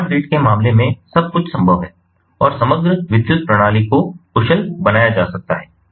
तो smart grid के मामले में सब कुछ संभव है और समग्र विद्युत प्रणाली को कुशल बनाया जा सकता है